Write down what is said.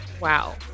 wow